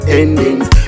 endings